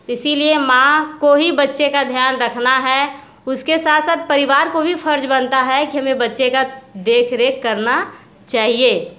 इसलिए माँ को ही बच्चे का ध्यान रखना है उसके साथ साथ परिवार को भी फर्ज़ बनता है कि हमें बच्चों का देख रेख करना चाहिए